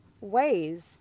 ways